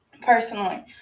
personally